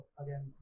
again